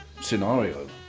scenario